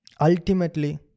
ultimately